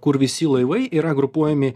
kur visi laivai yra grupuojami